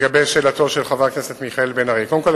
לגבי שאלתו של חבר הכנסת מיכאל בן-ארי: קודם כול,